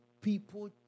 people